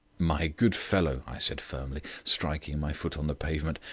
my good fellow, i said firmly, striking my foot on the pavement,